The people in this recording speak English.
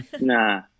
Nah